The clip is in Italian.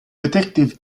detective